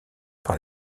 par